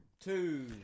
two